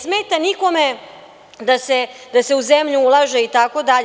Ne smeta nikome da se u zemlju ulaže itd.